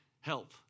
help